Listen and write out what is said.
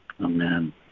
Amen